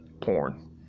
porn